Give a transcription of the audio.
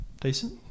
Decent